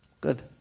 Good